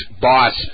boss